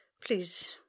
please